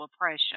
oppression